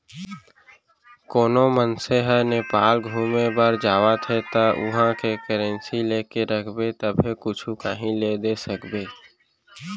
कोनो मनसे ह नेपाल घुमे बर जावत हे ता उहाँ के करेंसी लेके रखबे तभे कुछु काहीं ले दे सकबे